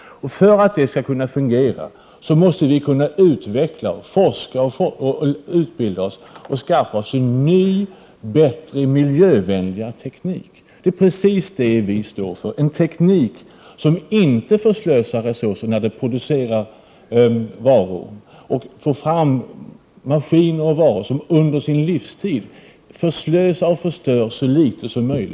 För att detta skall kunna fungera måste vi kunna utveckla, forska och utbilda oss, skaffa oss en ny, bättre och miljövänligare teknik. Det är precis det som vi står för. Vi vill ha en teknik som inte förslösar resurser när den producerar varor. Det gäller att få fram maskiner och varor som under sin livstid förslösar och förstör så litet som möjligt.